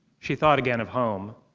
she thought again of home.